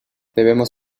debemos